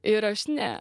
ir aš ne